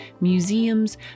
museums